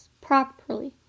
properly